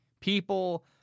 People